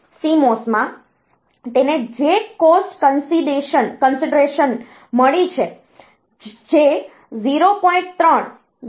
CMOS માં તેને જે કોસ્ટ કનસીડૅરેશન મળી છે જે 0